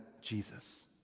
Jesus